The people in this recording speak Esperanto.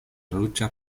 ruĝa